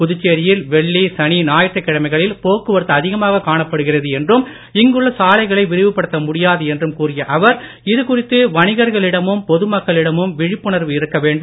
புதுச்சேரியில் வெள்ளி சனி ஞாயிற்று கிழமைகளில் போக்குவரத்து அதிகமாக காணப்படுகிறது என்றும் இங்குள்ள சாலைகளை விரிவுபடுத்த முடியாது என்றும் கூறிய அவர் இது குறித்து வணிகர்களிடமும் பொது மக்களிடமும் விழிப்புணர்வு இருக்க வேண்டும்